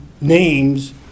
names